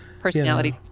Personality